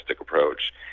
approach